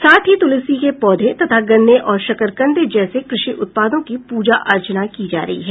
साथ ही तुलसी के पौधे तथा गन्ने और शकरकंद जैसे कृषि उत्पादों की पूजा अर्चना की जा रही है